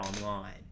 online